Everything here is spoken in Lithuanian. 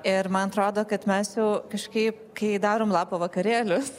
ir man atrodo kad mes jau kažkaip kai darom lapo vakarėlius